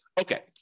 Okay